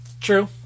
True